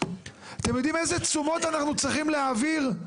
אתם יודעים איזה תשומות אנחנו צריכים להעביר?